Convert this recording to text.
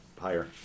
higher